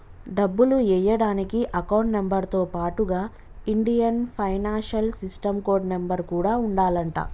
డబ్బులు ఎయ్యడానికి account number తో పాటుగా Indian financial system code number కూడా ఉండాలంట